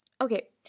okay